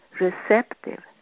receptive